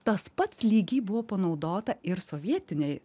tas pats lygiai buvo panaudota ir sovietinėj